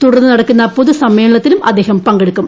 തുടർന്ന് നടക്കുന്ന പൊതു സമ്മേളനത്തിലും അദ്ദേഹം പങ്കെടുക്കും